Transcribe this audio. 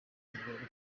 rwego